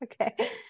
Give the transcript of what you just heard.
okay